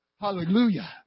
Hallelujah